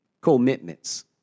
commitments